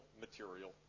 material